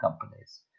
companies